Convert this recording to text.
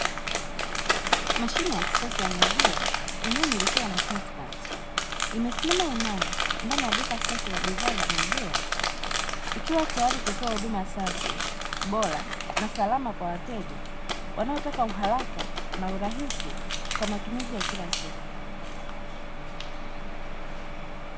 Mashine ya kisasa ya maziwa inayomilikiwa na "taspert", imesimama imara ndani ya duka lenye bidhaa za maziwa, tayari kutoa huduma safi, bora na salama kwa wateja wanaotaka uharaka na urahisi kwa matumizi ya kila siku.